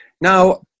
Now